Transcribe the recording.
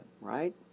right